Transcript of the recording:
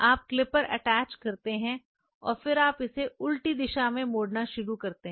आप clipper attach करते हैं और फिर आप इसे उल्टी दिशा में मोड़ना शुरू करते हैं